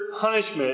punishment